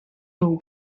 był